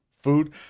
Food